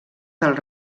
del